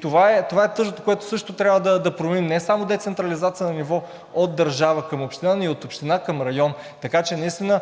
това е тъжното, което също трябва да променим – не само децентрализация на ниво от държава към община, но и от община към район, така че наистина